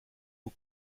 aux